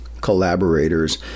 collaborators